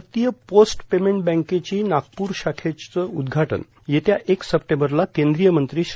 भारतीय post payment बॅंकेची नागप्रर शाखेचं उद्घाटन येत्या एक सप्टेंबरला केंद्रीय मंत्री श्री